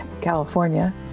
california